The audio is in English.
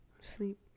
sleep